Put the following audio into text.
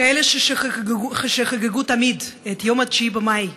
כאלה שחגגו תמיד את יום 9 במאי,